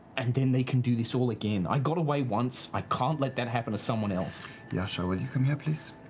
and then they can do this all again. i got away once. i can't let that happen to someone else. liam yasha, will you come here, please?